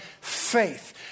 faith